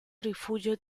rifugio